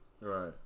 Right